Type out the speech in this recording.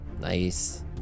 Nice